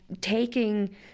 taking